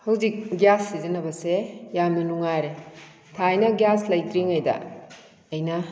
ꯍꯧꯖꯤꯛ ꯒ꯭ꯌꯥꯁ ꯁꯤꯖꯤꯟꯅꯕꯁꯦ ꯌꯥꯝꯅ ꯅꯨꯡꯉꯥꯏꯔꯦ ꯊꯥꯏꯅ ꯒ꯭ꯌꯥꯁ ꯂꯩꯇ꯭ꯔꯤꯉꯩꯗ ꯑꯩꯅ